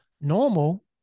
normal